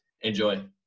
Enjoy